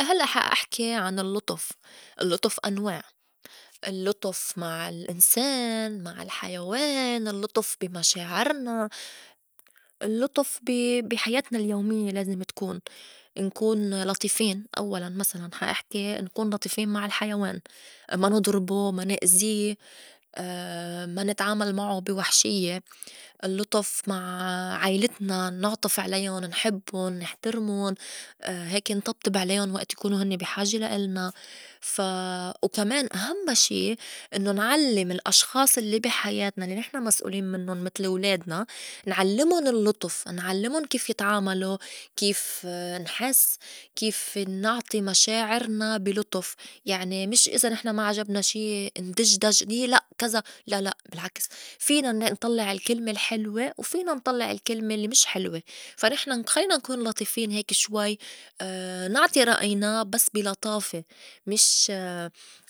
هلّأ حا إحكي عن اللُّطف، اللُّطف أنواع: اللُّطف مع الأنسان، مع الحيوان، اللُّطف بي مشاعرنا، اللُّطف بي- بي حياتنا اليوميّة لازم تكون نكون لطيفين. أوّلاً مسلاً حا إحكي نكون لطيفين مع الحيوان ما نضربو ما نأزي ما نتعامل معو بي وحشيّة. اللُّطف مع عيلتنا نعطف عليُن نحبُن نحترمُن هيكي نطبطب عليُن وئت يكونو هنّي بي حاجة لا إلنا. فا وكمان أهمّا شي إنّو نعلّم الأشخاص الّي بي حياتنا الّي نحن مسؤولين منُّن متل ولادنا نعلّمُن اللُّطف، نعلّمُن كيف يتعاملو، كيف نحس، كيف نعطي مشاعرنا بي لُطُف. يعني مش إذا نحن ما عجبنا شي ندج دج لأ كزا لا لأ بالعكس فينا نطلّع الكلمة الحلوة وفينا نطلّع الكلمة الّي مش حلوة. فا نحن خلّينا نكون لطيفين هيكي شوي نعطي رأينا بس بي لطافة مش